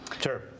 Sure